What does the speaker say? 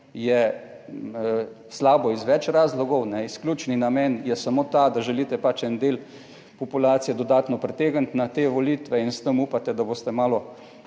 je slabo iz več razlogov. Izključni namen je samo ta, da želite pač en del populacije dodatno pritegniti na te volitve in s tem upate, da boste malo